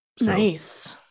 Nice